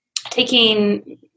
taking